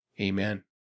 Amen